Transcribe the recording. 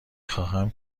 خواهم